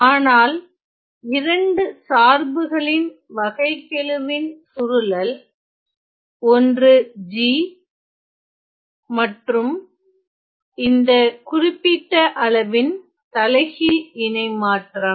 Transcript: ஆனால் இரண்டு சார்புகளின் வகைக்கெழுவின் சுருளல் ஒன்று g மற்றும் இந்த குறிப்பிட்ட அளவின் தலைகீழ் இணைமாற்றம்